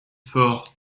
faure